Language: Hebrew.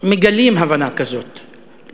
מגלים הבנה כזאת,